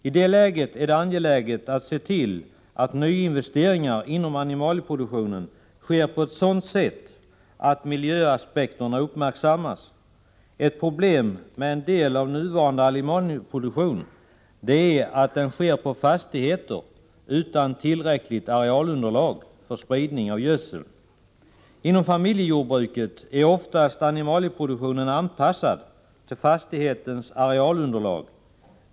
I detta läge är det angeläget att se till att nyinvesteringar inom animalieproduktionen sker på ett sådant sätt att miljöaspekterna uppmärksammas. Ett problem med en del av nuvarande animalieproduktion är att den sker på fastigheter utan tillräckligt arealunderlag för spridning av gödsel. Inom familjejordbruket är animalieproduktionen oftast anpassad till fastighetens arealunderlag.